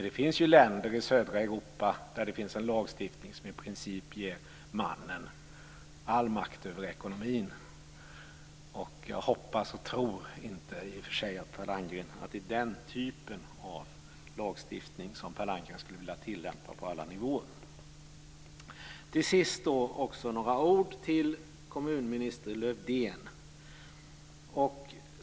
Det finns ju länder i södra Europa med en lagstiftning som i princip ger mannen all makt över ekonomin. Jag hoppas inte och tror inte att det är den typen av lagstiftning som Per Landgren skulle vilja tillämpa på alla nivåer. Till sist vill jag säga några ord till kommunminister Lövdén.